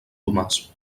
domàs